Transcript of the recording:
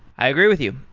i agree with you.